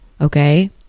okay